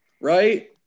right